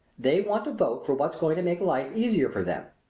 they want to vote for what's going to make life easier for them.